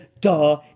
Duh